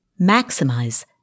maximize